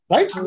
Right